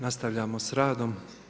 Nastavljamo s radom.